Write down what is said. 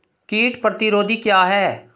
कीट प्रतिरोधी क्या है?